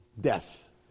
Death